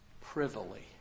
privily